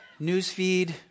Newsfeed